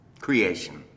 creation